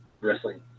wrestling